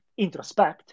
introspect